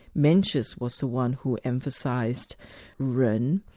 mencius was the one who emphasised ren,